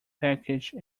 package